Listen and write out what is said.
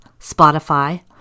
Spotify